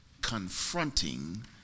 confronting